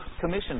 Commission